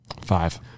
Five